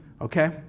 Okay